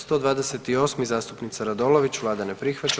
128. zastupnica Radolović, vlada ne prihvaća.